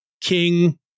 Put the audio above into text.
King